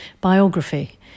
biography